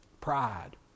Pride